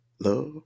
love